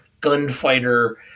gunfighter